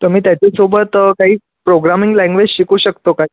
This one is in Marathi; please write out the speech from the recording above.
तर मी त्याच्यासोबत काही प्रोग्रामिंग लँग्वेज शिकू शकतो का